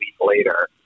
later